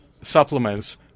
supplements